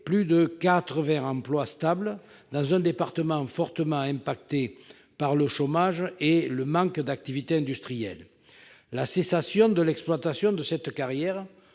plus de 80 emplois stables dans un département fortement affecté par le chômage et le manque d'activité industrielle. La cessation de l'exploitation de cette carrière